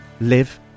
live